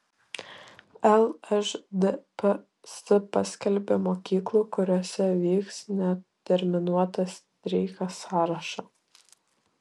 lšdps paskelbė mokyklų kuriose vyks neterminuotas streikas sąrašą